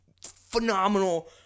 phenomenal